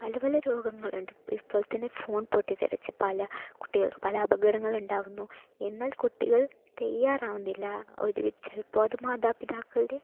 പല പല രോഗങ്ങൾ ഉണ്ട് ഇപ്പോൾ തന്നെ ഫോൺ പൊട്ടിത്തെറിച്ചു പല കുട്ടികൾ പല അപകടങ്ങൾ ഉണ്ടാകുന്നു എന്നാൽ കുട്ടികൾ തയ്യാറാകുന്നില്ല ഒര് ചിലപ്പോൾ അത് മാതാപിതാക്കളുടെ തെറ്റായിരിക്കാം